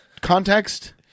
context